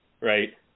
Right